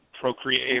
procreate